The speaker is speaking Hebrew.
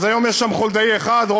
אז היום יש שם חולדאי אחד,